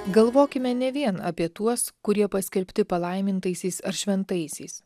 galvokime ne vien apie tuos kurie paskelbti palaimintaisiais ar šventaisiais